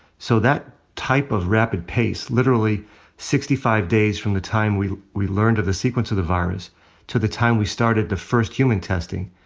so that type of rapid pace, literally sixty five days from the time we we learned of the sequence of the virus to the time we started the first human testing,